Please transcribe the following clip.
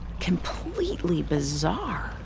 completely bizarre,